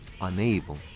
unable